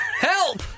help